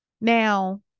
Now